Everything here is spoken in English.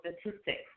statistics